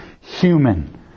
human